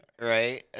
right